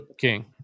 king